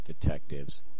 detectives